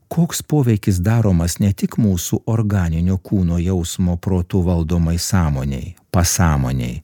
koks poveikis daromas ne tik mūsų organinio kūno jausmo protu valdomai sąmonei pasąmonei